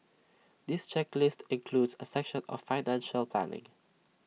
this checklists includes A section on financial planning